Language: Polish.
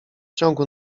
ciągu